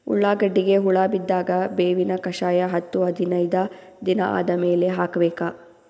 ಉಳ್ಳಾಗಡ್ಡಿಗೆ ಹುಳ ಬಿದ್ದಾಗ ಬೇವಿನ ಕಷಾಯ ಹತ್ತು ಹದಿನೈದ ದಿನ ಆದಮೇಲೆ ಹಾಕಬೇಕ?